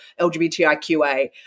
LGBTIQA